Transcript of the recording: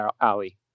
alley